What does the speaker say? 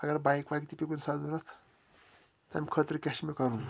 اگر بایِک وایِک تہِ پیوٚو کُنہِ ساتہٕ ضوٚرَتھ تَمہِ خٲطرٕ کیٛاہ چھِ مےٚ کَرُن